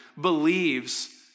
believes